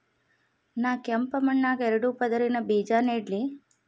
ನಾ ಕೆಂಪ್ ಮಣ್ಣಾಗ ಎರಡು ಪದರಿನ ಬೇಜಾ ನೆಡ್ಲಿ?